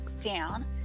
down